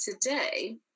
today